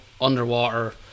underwater